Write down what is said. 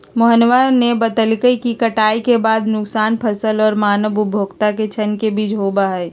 मोहनवा ने बतल कई कि कटाई के बाद के नुकसान फसल और मानव उपभोग के क्षण के बीच होबा हई